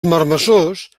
marmessors